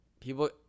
people